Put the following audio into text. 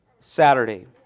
Saturday